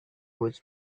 whose